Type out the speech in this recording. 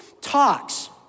talks